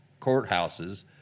courthouses